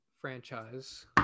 franchise